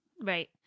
Right